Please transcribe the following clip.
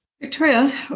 Victoria